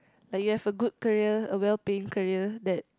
like you have a good career a well paying career that